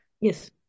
Yes